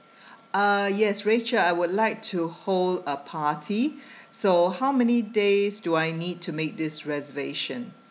uh yes rachel I would like to hold a party so how many days do I need to make this reservation